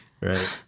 Right